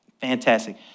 fantastic